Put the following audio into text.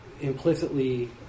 implicitly